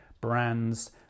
brands